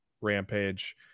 Rampage